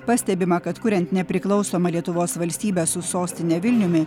pastebima kad kuriant nepriklausomą lietuvos valstybę su sostine vilniumi